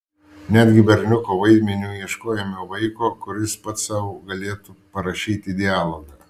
netgi berniuko vaidmeniui ieškojome vaiko kuris pats sau galėtų parašyti dialogą